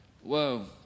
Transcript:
Whoa